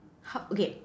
h~ okay